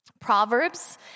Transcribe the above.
Proverbs